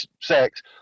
sex